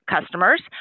customers